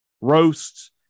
roasts